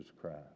Christ